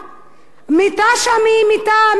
המיטה שם היא מיטה מיוחדת?